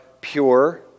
pure